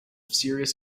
serious